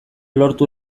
lortu